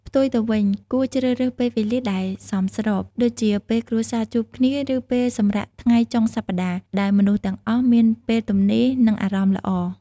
ផ្ទុយទៅវិញ គួរជ្រើសរើសពេលវេលាដែលសមស្រប ដូចជាពេលគ្រួសារជួបគ្នា ឬពេលសម្រាកថ្ងៃចុងសប្តាហ៍ ដែលមនុស្សទាំងអស់មានពេលទំនេរ និងអារម្មណ៍ល្អ។